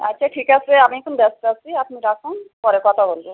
আচ্ছা ঠিক আছে আমি এখন ব্যস্ত আছি আপনি রাখুন পরে কথা বলবো